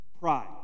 Pride